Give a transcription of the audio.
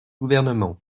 gouvernement